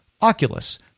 Oculus